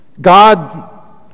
God